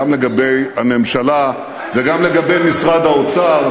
גם לגבי הממשלה וגם לגבי משרד האוצר,